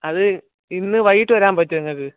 അത് ഇന്ന് വൈകിട്ട് വരാൻ പറ്റുമോ നിങ്ങൾക്ക്